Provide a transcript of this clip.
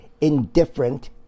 indifferent